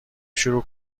شروع